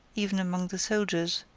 even among the soldiers,